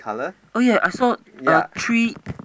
oh yeah I saw a tree